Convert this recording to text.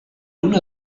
una